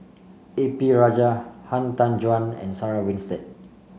A P Rajah Han Tan Juan and Sarah Winstedt